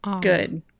good